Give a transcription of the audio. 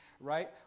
right